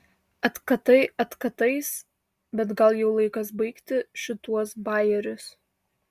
atkatai atkatais bet gal jau laikas baigti šituos bajerius